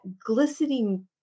glistening